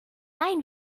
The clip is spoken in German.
rein